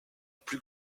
plus